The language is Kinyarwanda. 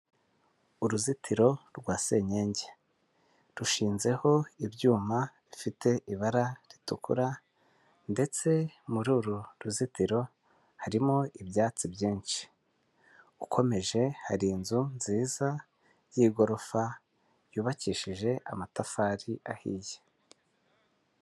Uruzitiro rwa senyenge rushinzeho ibyuma bifite ibara ritukura ndetse muri uru ruzitiro harimo ibyatsi byinshi, ukomeje hari inzu nziza y'igorofa yubakishije amatafari ahiye.